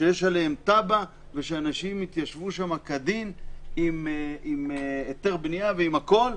שיש עליהם תב"ע ושאנשים התיישבו שם כדין עם היתר בנייה ועם הכול,